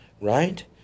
right